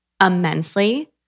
immensely